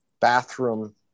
bathroom